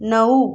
नऊ